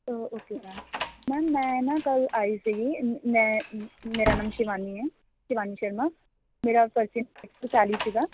ਓ okay ma'am ma'am ਮੈਂ ਨਾ ਕੱਲ੍ਹ ਆਈ ਸੀਗੀ ਮੈਂ ਮੇਰਾ ਨਾਮ ਸ਼ਿਵਾਨੀ ਹੈ ਸ਼ਿਵਾਨੀ ਸ਼ਰਮਾ ਮੇਰਾ ਇੱਕ ਸੌ ਚਾਲੀ ਸੀਗਾ